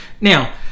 now